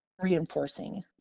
reinforcing